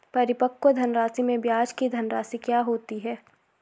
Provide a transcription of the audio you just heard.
परिपक्व धनराशि में ब्याज की धनराशि क्या होती है?